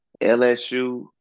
LSU